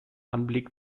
anblick